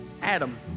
Adam